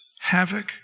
havoc